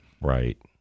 Right